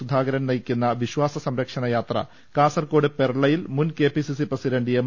സുധാകരൻ നയിക്കുന്ന വിശ്വാസ സംരക്ഷണ യാത്ര കാസർകോട് പെർളയിൽ മുൻ കെപിസിസി പ്രസിഡന്റ് എം